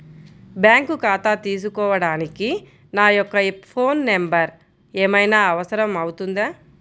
Bank ఖాతా తీసుకోవడానికి నా యొక్క ఫోన్ నెంబర్ ఏమైనా అవసరం అవుతుందా?